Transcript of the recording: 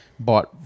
Bought